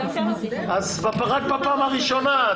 אז רק בפעם הראשונה,